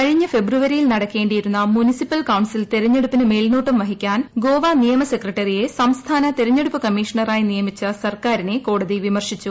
കഴിഞ്ഞ ഫെബ്രുവരിയിൽ നടക്കേണ്ടിയിരുന്ന മുൻസിപ്പൽ കൌൺസിൽ തിരഞ്ഞെടുപ്പിന് മേൽനോട്ടം വഹിക്കാൻ ് ഗോവ നിയമ സെക്രട്ടറിയെ സംസ്ഥാന തിരഞ്ഞെടുപ്പ് കമ്മീഷണറായി നിയമിച്ച സർക്കാരിനെ കോടതി വിമർശിച്ചു